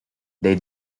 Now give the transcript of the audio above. they